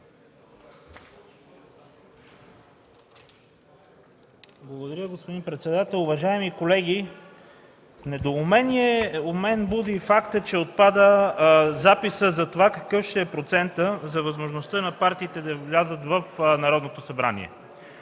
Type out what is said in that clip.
Благодаря, господин председател. Уважаеми колеги! Недоумение у мен буди фактът, че отпада записът за това какъв ще е процентът за възможността на партиите да влязат в Народното събрание.